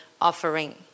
offering